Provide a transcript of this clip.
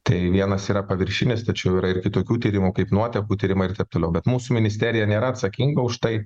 tai vienas yra paviršinis tačiau yra ir kitokių tyrimų kaip nuotekų tyrimai ir taip toliau bet mūsų ministerija nėra atsakinga už tai